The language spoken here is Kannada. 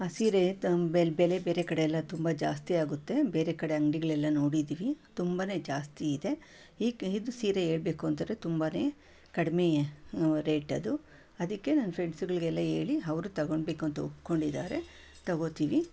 ಆ ಸೀರೆ ತಮ್ಮ ಬೆಲೆ ಬೆಲೆ ಬೇರೆ ಕಡೆಯೆಲ್ಲ ತುಂಬ ಜಾಸ್ತಿಯಾಗುತ್ತೆ ಬೇರೆ ಕಡೆ ಅಂಗಡಿಗಳೆಲ್ಲ ನೋಡಿದ್ದೀವಿ ತುಂಬನೇ ಜಾಸ್ತಿ ಇದೆ ಈಗ ಇದು ಸೀರೆ ಹೇಳ್ಬೇಕು ಅಂತಂದರೆ ತುಂಬನೇ ಕಡಿಮೆ ರೇಟದು ಅದಕ್ಕೆ ನನ್ನ ಫ್ರೆಂಡ್ಸುಗಳಿಗೆಲ್ಲ ಹೇಳಿ ಅವರು ತೊಗೊಳ್ಬೇಕು ಅಂತ ಒಪ್ಕೊಂಡಿದ್ದಾರೆ ತೊಗೊಳ್ತೀವಿ